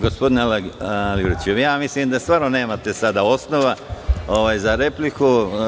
Gospodine Aligrudiću, mislim da stvarno sada nemate osnova za repliku.